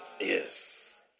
Yes